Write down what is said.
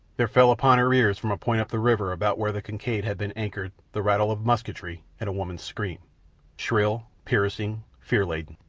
there fell upon her ears from a point up the river about where the kincaid had been anchored the rattle of musketry and a woman's scream shrill, piercing, fear-laden.